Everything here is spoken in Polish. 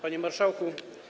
Panie Marszałku!